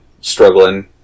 struggling